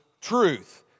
truth